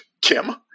Kim